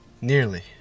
Nearly